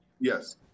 yes